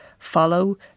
follow